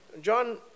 John